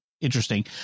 interesting